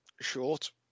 short